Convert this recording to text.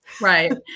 Right